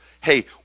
Hey